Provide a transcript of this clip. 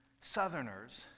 Southerners